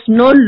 no